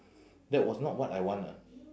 that was not what I want ah